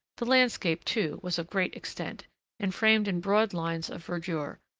the landscape, too, was of great extent and framed in broad lines of verdure,